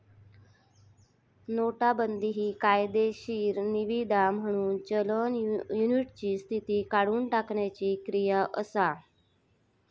नोटाबंदी हि कायदेशीर निवीदा म्हणून चलन युनिटची स्थिती काढुन टाकण्याची क्रिया असा